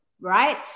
right